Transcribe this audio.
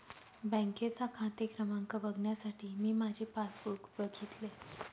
बँकेचा खाते क्रमांक बघण्यासाठी मी माझे पासबुक बघितले